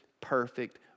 perfect